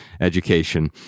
education